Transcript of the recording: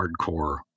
hardcore